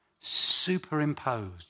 superimposed